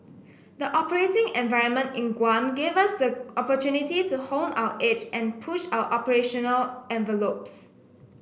the operating environment in Guam gave us the opportunity to hone our edge and push our operational envelopes